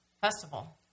festival